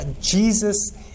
Jesus